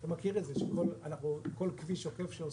אתה מכיר את זה שאנחנו כל כביש עוקף שעושים,